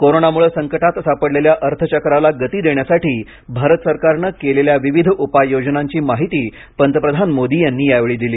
कोरोनामुळे संकटात सापडलेल्या अर्थचक्राला गती देण्यासाठी भारत सरकारनं केलेल्या विविध उपाययोजनांची माहिती पंतप्रधान मोदी यांनी यावेळी दिली